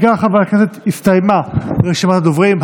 אם כך, חברי הכנסת, הסתיימה רשימת הדוברים.